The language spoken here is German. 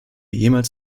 jemals